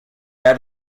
had